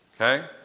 Okay